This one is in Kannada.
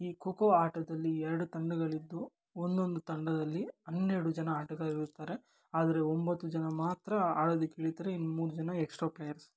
ಈ ಖೊ ಖೋ ಆಟದಲ್ಲಿ ಎರಡು ತಂಡಗಳಿದ್ದು ಒಂದೊಂದು ತಂಡದಲ್ಲಿ ಹನ್ನೆರಡು ಜನ ಆಟಗಾರರಿರುತ್ತಾರೆ ಆದರೆ ಒಂಬತ್ತು ಜನ ಮಾತ್ರ ಆಡೋದಕ್ಕೆ ಇಳೀತಾರೆ ಇನ್ನು ಮೂರು ಜನ ಎಕ್ಸ್ಟ್ರಾ ಪ್ಲೇಯರ್ಸ್